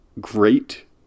great